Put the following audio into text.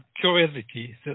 curiosity